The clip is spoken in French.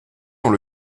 dans